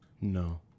No